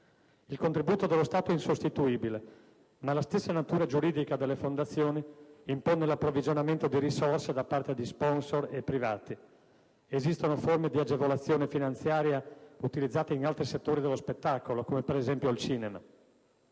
Il contributo dello Stato è insostituibile, ma la stessa natura giuridica delle fondazioni impone l'approvvigionamento di risorse da parte di *sponsor* e privati. Esistono forme di agevolazione finanziaria utilizzate in altri settori dello spettacolo, come per esempio il cinema.